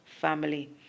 family